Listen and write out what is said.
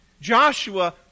Joshua